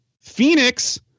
Phoenix